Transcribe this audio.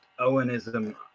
Owenism